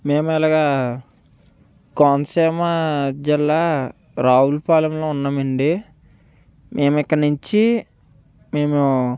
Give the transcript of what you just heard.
మేము ఇలాగా కోనసీమ జిల్లా రావులపాలెంలో ఉన్నామండి మేము ఇక్కడ నుంచి మేము